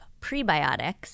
prebiotics